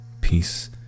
Peace